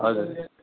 हजुर